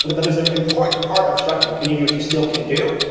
but but there's an important part of structured and interview, which we still can do,